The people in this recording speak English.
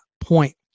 point